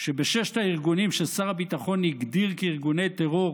שבששת הארגונים ששר הביטחון הגדיר כארגוני טרור